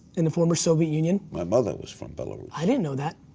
in the former soviet union. my mother was from belarus. i didn't know that.